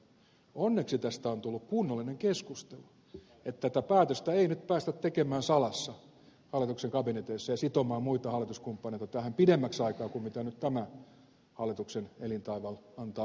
onneksi tästä on tullut kunnollinen keskustelu että tätä päätöstä ei nyt päästä tekemään salassa hallituksen kabineteissa ja sitomaan muita hallituskumppaneita tähän pidemmäksi aikaa kuin mihin tämän hallituksen elintaival antaa mahdollisuuden